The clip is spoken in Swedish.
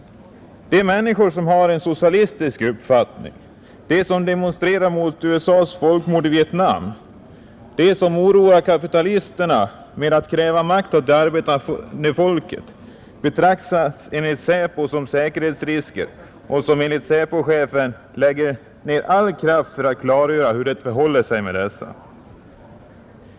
De människor som har en socialistisk uppfattning, de som demonstrerar mot USA :s folkmord i Vietnam, de som oroar kapitalisterna med att kräva makt åt det arbetande folket betraktas enligt SÄPO som säkerhetsrisker, och enligt SÄPO-chefen lägger man ner all kraft för att klargöra hur det förhåller sig med dessa.